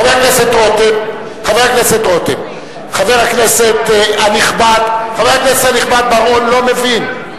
חבר הכנסת רותם, חבר הכנסת הנכבד בר-און לא מבין.